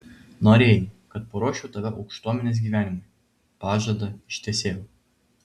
norėjai kad paruoščiau tave aukštuomenės gyvenimui pažadą ištesėjau